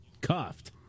cuffed